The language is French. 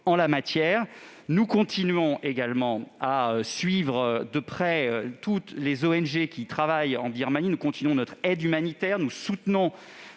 En outre, nous continuons à suivre de près toutes les ONG qui travaillent en Birmanie, nous maintenons notre aide humanitaire et nous soutenons